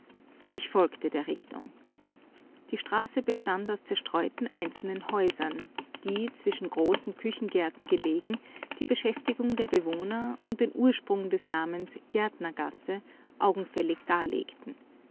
ich folgte der richtung die straße bestand aus zerstreuten einzelnen häusern die zwischen großen küchengärten gelegen die beschäftigung der bewohner und den ursprung des namens gärtnergasse augenfällig darlegten